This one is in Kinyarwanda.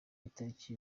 itariki